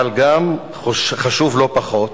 אבל גם חשוב לא פחות